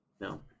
no